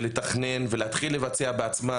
ולתכנן ולהתחיל לבצע בעצמן,